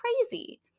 crazy